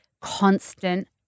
constant